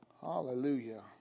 Hallelujah